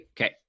Okay